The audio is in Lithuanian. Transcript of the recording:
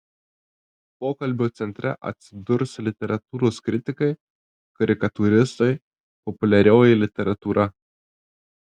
pokalbio centre atsidurs literatūros kritikai karikatūristai populiarioji literatūra